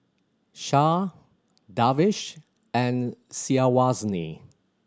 Shah Darwish and Syazwani